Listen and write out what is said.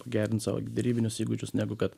gerint savo derybinius įgūdžius negu kad